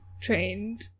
trained